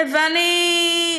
ואני,